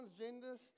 transgenders